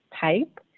type